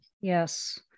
yes